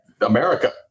America